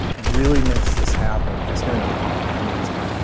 really makes this happen, it's going to be amazing.